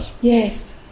Yes